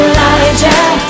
Elijah